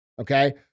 okay